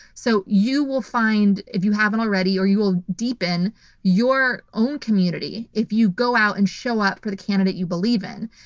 so, you will find if you haven't already or you will deepen your own community if you go out and show up for the candidate you believe in.